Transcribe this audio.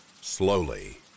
Slowly